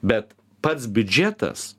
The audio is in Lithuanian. bet pats biudžetas